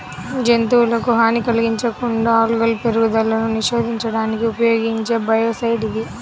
జంతువులకు హాని కలిగించకుండా ఆల్గల్ పెరుగుదలను నిరోధించడానికి ఉపయోగించే బయోసైడ్ ఇది